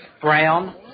Brown